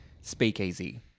speakeasy